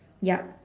yup